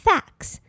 Facts